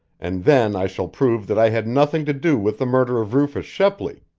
and then i shall prove that i had nothing to do with the murder of rufus shepley.